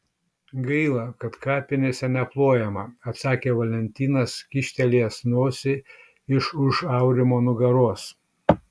gaila kad kapinėse neplojama atsakė valentinas kyštelėjęs nosį iš už aurimo nugaros